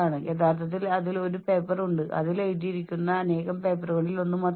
കൂടാതെ ഈ ഉയർന്ന രക്തസമ്മർദ്ദവും ഉത്കണ്ഠയും ക്ഷിപ്ര കോപത്തിലേക്ക് നയിക്കുന്നു